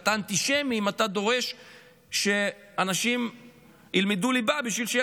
אתה אנטישמי אם אתה דורש שאנשים ילמדו ליבה בשביל שיהיה